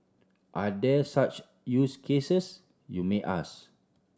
are there such use cases you may ask